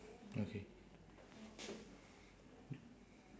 okay